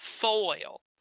foil